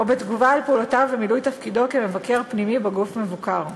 או בתגובה על פעולותיו במילוי תפקידו כמבקר פנימי בגוף מבוקר.